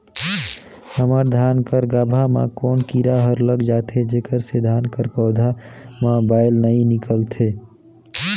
हमर धान कर गाभा म कौन कीरा हर लग जाथे जेकर से धान कर पौधा म बाएल नइ निकलथे?